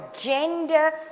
gender